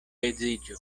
edziĝu